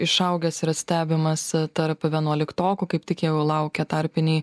išaugęs yra stebimas tarp vienuoliktokų kaip tik jau laukia tarpiniai